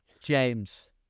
James